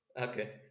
Okay